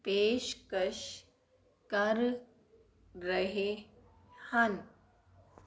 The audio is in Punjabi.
ਪੇਸ਼ਕਸ਼ ਕਰ ਰਹੇ ਹਨ